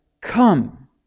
Come